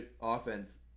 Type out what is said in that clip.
offense